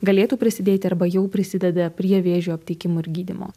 galėtų prisidėti arba jau prisideda prie vėžio aptikimo ir gydymo